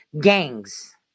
gangs